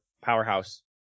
powerhouse